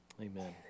Amen